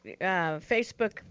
Facebook